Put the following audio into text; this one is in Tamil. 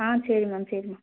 ஆ சரி மேம் சரி மேம்